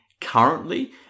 currently